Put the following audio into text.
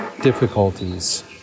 difficulties